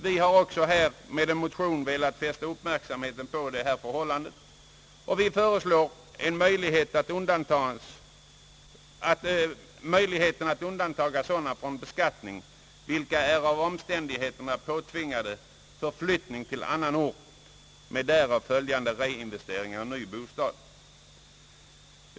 Vi har också i en motion velat fästa uppmärksamheten på detta förhållande och föreslår en möjlighet att undanta från beskattning hus som ägs av personer vilka på grund av omständigheterna är tvingade att göra en förflyttning med därav följande reinvesteringar i ny bostad.